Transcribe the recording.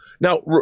Now